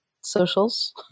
socials